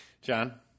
John